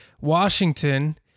Washington